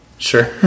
Sure